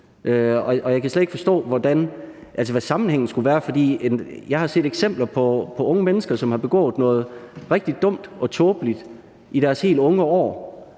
Jeg kan slet ikke forstå, hvad sammenhængen skulle være. Jeg har set eksempler på unge mennesker, som har begået noget rigtig dumt og tåbeligt i deres helt unge år,